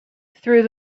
through